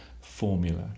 formula